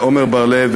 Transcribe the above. עמר בר-לב,